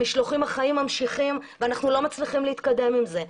המשלוחים החיים ממשיכים ואנחנו לא מצליחים להתקדם עם זה,